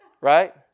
Right